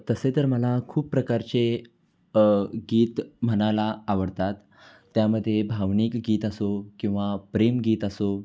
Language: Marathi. तसे तर मला खूप प्रकारचे गीत म्हणायला आवडतात त्यामध्ये भावनिक गीत असो किंवा प्रेमगीत असो